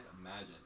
imagine